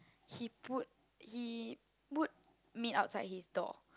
he put he put meat outside his door